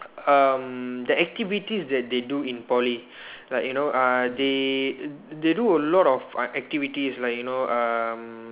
um the activities that they do in Poly like you know uh they they do a lot of uh activities like you know um